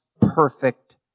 perfect